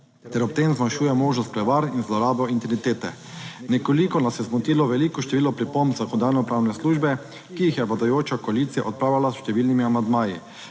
ter ob tem zmanjšuje možnost prevar in zlorabo integritete. Nekoliko nas je zmotilo veliko število pripomb Zakonodajno-pravne službe, ki jih je vladajoča koalicija odpravila s številnimi amandmaji.